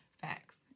Facts